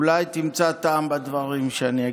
אולי תמצא טעם בדברים שאני אגיד.